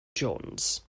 jones